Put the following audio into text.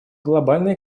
глобальной